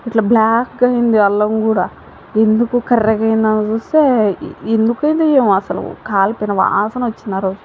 ఇట్ల బ్లాక్గా అయింది అల్లం కూడా ఎందుకు కర్రేగా అయింది అని చూస్తే ఎందుకు అయిందో ఏమో అసలు కాలిపోయిన వాసన వచ్చింది ఆరోజు